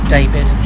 David